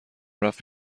رفت